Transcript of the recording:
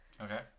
Okay